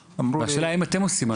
השאלה אם אתם עושים משהו?